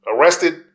arrested